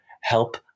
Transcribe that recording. help